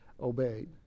obeyed